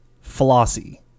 Flossy